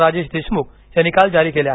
राजेश देशमुख यांनी काल जारी केले आहेत